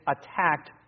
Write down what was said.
attacked